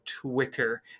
Twitter